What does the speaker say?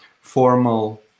formal